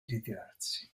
ritirarsi